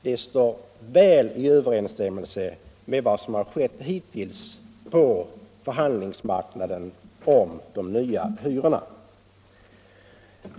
Det står väl i överensstämmelse med vad som skett hittills i förhandlingarna om de nya hyrorna.